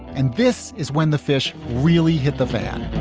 and this is when the fish really hit the fan